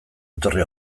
etorri